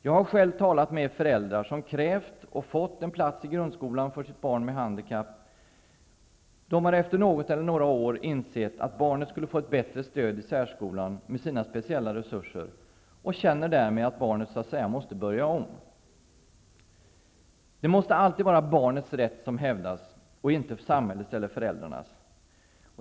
Jag har själv talat med föräldrar som krävt och fått en plats i grundskolan för sitt barn med handikapp och som efter något eller några år insett att barnet skulle få ett bättre stöd i särskolan med sina speciella resurser. De känner därmed att barnet så att säga måste börja om. Det måste alltid vara barnets rätt som hävdas och inte samhällets eller föräldrarnas.